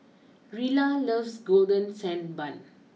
Rilla loves Golden Sand Bun